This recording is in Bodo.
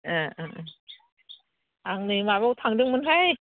ए आं नै माबायाव थांदोंमोनहाय